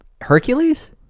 hercules